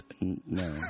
No